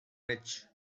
rich